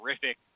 terrific